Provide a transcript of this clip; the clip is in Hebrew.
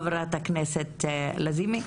חברת הכנסת לזימי,